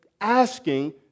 asking